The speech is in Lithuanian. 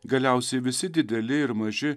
galiausiai visi dideli ir maži